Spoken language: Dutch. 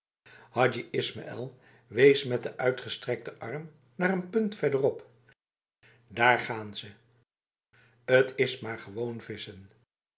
hadji ismaïl wees met de uitgestrekte arm naar een punt verderop daar gaan ze het is maar gewoon vissen